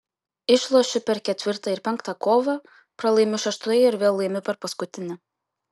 išlošiu per ketvirtą ir penktą kovą pralaimiu šeštoje ir vėl laimiu per paskutinę